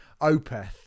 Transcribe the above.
opeth